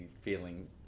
feeling